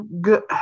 good